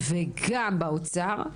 וגם באוצר.